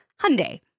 Hyundai